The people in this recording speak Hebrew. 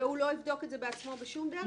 והממונה מטעם הרשות לא יבדוק את זה בעצמו בשום דרך?